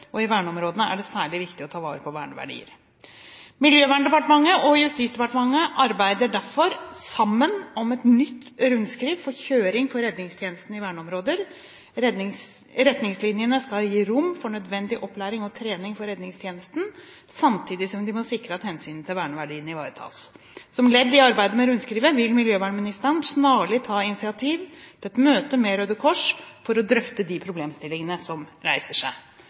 og i verneområdene er det særlig viktig å ta vare på verneverdier. Miljøverndepartementet og Justisdepartementet arbeider derfor sammen om et nytt rundskriv om kjøring for redningstjenesten i verneområder. Retningslinjene skal gi rom for nødvendig opplæring og trening for redningstjenesten, samtidig som de må sikre at hensynet til verneverdiene ivaretas. Som ledd i arbeidet med rundskrivet vil miljøvernministeren snarlig ta initiativ til et møte med Røde Kors for å drøfte de problemstillingene som reiser seg.